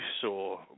saw